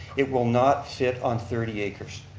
it will not fit on thirty acres.